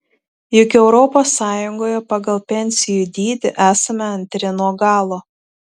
juk europos sąjungoje pagal pensijų dydį esame antri nuo galo